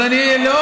אבל אני לא,